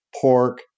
pork